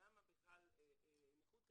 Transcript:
למה בכלל נכות כזאת,